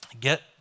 get